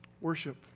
worship